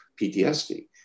PTSD